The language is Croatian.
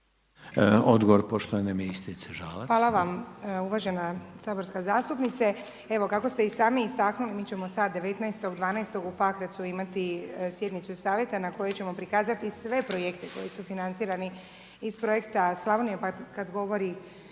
Odgovor poštovane ministrice